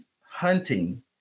hunting